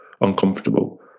uncomfortable